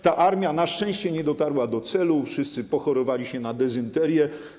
Ta armia na szczęście nie dotarła do celu, wszyscy pochorowali się na dezynterię.